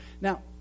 Now